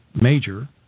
major